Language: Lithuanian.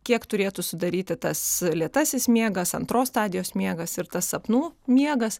kiek turėtų sudaryti tas lėtasis miegas antros stadijos miegas ir tas sapnų miegas